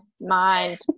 mind